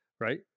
Right